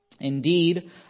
Indeed